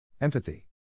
Empathy